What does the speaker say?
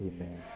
Amen